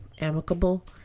amicable